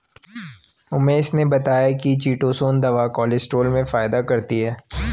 उमेश ने बताया कि चीटोसोंन दवा कोलेस्ट्रॉल में फायदा करती है